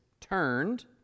turned